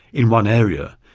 in one area,